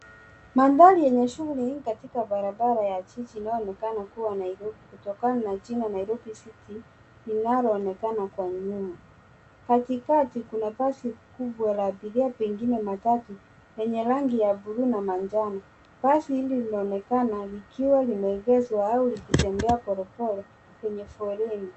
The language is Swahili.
Mandhari yenye shughuli nyingi katika barabara ya jiji inayoonekana kuwa Nairobi kutokana na jina Nairobi City linaloonekana kwa nyuma. Katikati kuna basi kubwa la abiria pengine matatu yenye rangi ya bluu na manjano. Basi hili linaonekana likiwa limeegezwa au likitembea polepole kwenye foleni.